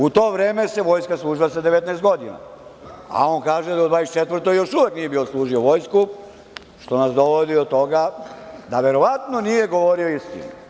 U to vreme se služila vojska sa 19 godina, a on kaže da u 24. godini još uvek nije služio vojsku, što nas dovodi do toga da verovatno nije govorio istinu.